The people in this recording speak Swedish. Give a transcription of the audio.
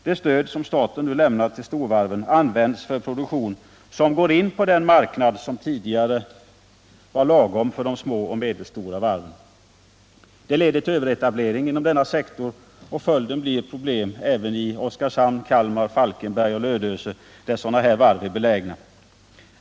Det stöd som staten nu lämnar till storvarven används för produktion inom den marknad som tidigare var lagom för de små och medelstora varven. Det leder till överetablering inom denna sektor, och följden blir problem även i Oskarshamn, Kalmar, Falkenberg och Lödöse, där sådana här varv är belägna.